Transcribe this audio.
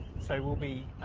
so we'll be